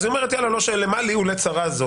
אז היא אומרת: מה לי ולצרה זו?